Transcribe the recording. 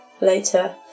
later